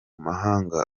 mahanga